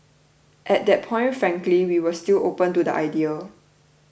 at that point frankly we were still open to the idea